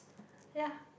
ya